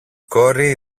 κόρη